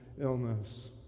illness